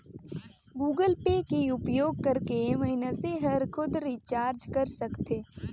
Google Pay के उपयोग करके मइनसे हर खुद रिचार्ज कर सकथे